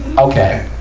okay.